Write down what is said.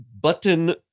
button